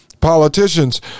politicians